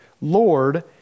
Lord